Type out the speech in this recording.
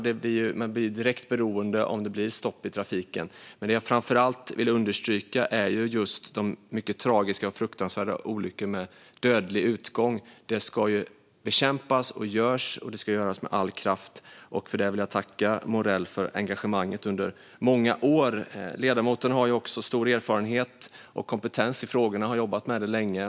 De blir direkt påverkade om det blir stopp i trafiken. Det jag framför allt vill understryka är dock de mycket tragiska och fruktansvärda olyckorna med dödlig utgång. De ska bekämpas, och det ska göras med all kraft. Jag vill tacka Morell för hans engagemang i detta under många år. Ledamoten har ju också stor erfarenhet och kompetens i frågorna och har jobbat med detta länge.